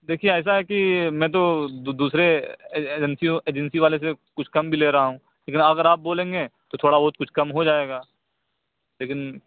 دیکھیے ایسا ہے کہ میں تو دو دوسرے اے ایجنسیوں ایجنسی والے سے کچھ کم بھی لے رہا ہوں لیکن اگر آپ بولیں گے تو تھوڑا بہت کچھ کم ہو جائے گا لیکن